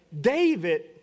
David